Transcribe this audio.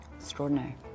extraordinary